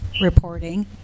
reporting